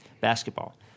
Basketball